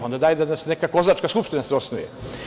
Onda dajte da se neka kozačka skupština osnuje.